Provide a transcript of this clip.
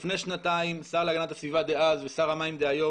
לפני שנתיים השר להגנת הסביבה דאז ושר המים דהיום,